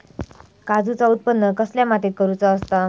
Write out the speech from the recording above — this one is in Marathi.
काजूचा उत्त्पन कसल्या मातीत करुचा असता?